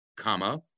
comma